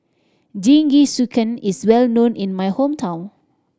Jingisukan is well known in my hometown